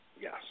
yes